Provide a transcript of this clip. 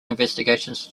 investigations